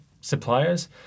suppliers